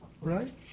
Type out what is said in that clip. Right